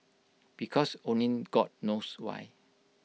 because only God knows why